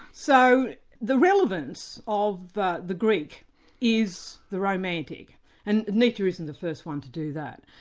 so the relevance of the the greek is the romantic and nietzsche isn't the first one to do that.